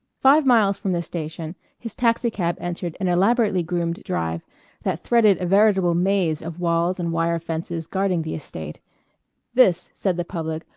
five miles from the station his taxicab entered an elaborately groomed drive that threaded a veritable maze of walls and wire fences guarding the estate this, said the public,